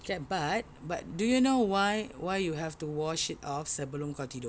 can but but do you why why you have to wash it off sebelum kau tidur